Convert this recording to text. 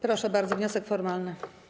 Proszę bardzo, wniosek formalny.